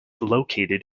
located